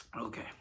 Okay